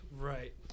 right